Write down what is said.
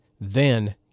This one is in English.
then-